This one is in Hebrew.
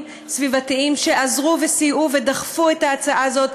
סביבתיים שעזרו וסייעו ודחפו את ההצעה הזאת,